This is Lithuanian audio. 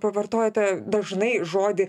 pavartojote dažnai žodį